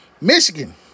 Michigan